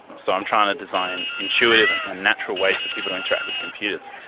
so i'm trying to design intuitive and ah natural ways for people to interact with computers.